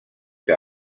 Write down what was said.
que